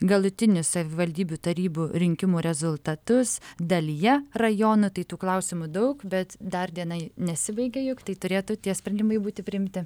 galutinius savivaldybių tarybų rinkimų rezultatus dalyje rajonų tai tų klausimų daug bet dar diena nesibaigė juk tai turėtų tie sprendimai būti priimti